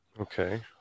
okay